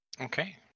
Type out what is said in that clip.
Okay